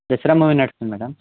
Dasara movie నడుస్తుంది madam